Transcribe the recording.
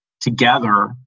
together